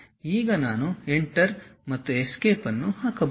ಈಗ ನಾನು ಎಂಟರ್ ಮತ್ತು ಎಸ್ಕೇಪ್ ಅನ್ನು ಹಾಕಬಹುದು